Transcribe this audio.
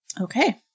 Okay